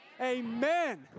Amen